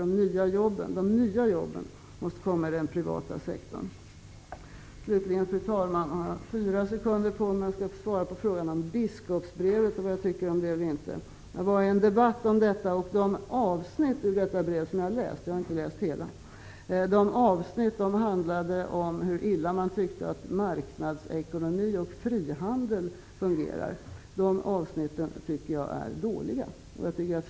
De nya jobben måste således komma från den privata sektorn. Fru talman! Slutligen har jag fyra sekunder på mig att svara på frågan om vad jag tycker om biskopsbrevet. Det har förts en debatt om detta. De avsnitt som jag har tagit del av -- jag har inte läst hela brevet -- handlade om hur illa man tyckte att marknadsekonomi och frihandel fungerade. Jag tycker att dessa avsnitt är dåliga.